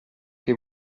che